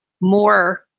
more